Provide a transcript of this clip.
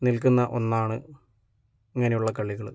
നിൽക്കുന്ന ഒന്നാണ് ഇങ്ങനെ ഉള്ള കളികള്